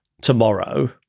tomorrow